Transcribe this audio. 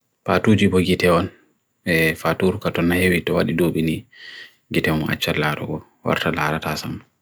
Kiyii laawol gila jogii woni e yukkii: coofeede toŋɗa, ɗanɗirde ko maɓɓe yuɓɓi.